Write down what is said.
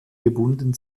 gebunden